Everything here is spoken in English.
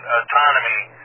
autonomy